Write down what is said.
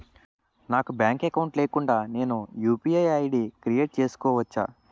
నాకు bank account లేకుండా నేను యు.పి.ఐ ఐ.డి క్రియేట్ చేసుకోవచ్చా?